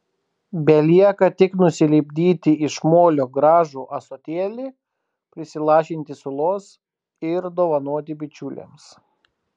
belieka tik nusilipdyti iš molio gražų ąsotėlį prisilašinti sulos ir dovanoti bičiuliams